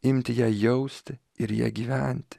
imti ją jausti ir ja gyvent